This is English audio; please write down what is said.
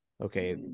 okay